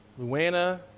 Luana